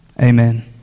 Amen